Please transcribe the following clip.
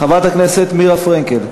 חברת הכנסת מירה פרנקל.